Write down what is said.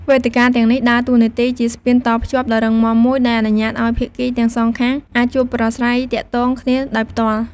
វេទិកាទាំងនេះដើរតួនាទីជាស្ពានតភ្ជាប់ដ៏រឹងមាំមួយ ដែលអនុញ្ញាតឲ្យភាគីទាំងសងខាងអាចជួបប្រាស្រ័យទាក់ទងគ្នាដោយផ្ទាល់។